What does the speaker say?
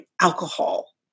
alcohol